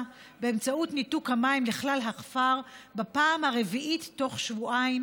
באמצעות ניתוק המים לכלל הכפר בפעם הרביעית בתוך שבועיים